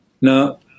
Now